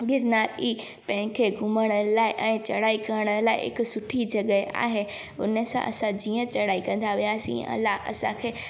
गिरनार की तंहिंखे घुमण लाइ ऐं चढ़ाई करण लाइ हिकु सुठी जॻह आहे उन सां असां जीअं चढ़ाई कंदा वियासीं असांखे